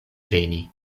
veni